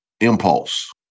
impulse